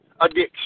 addiction